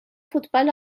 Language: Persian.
فوتبال